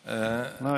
לא,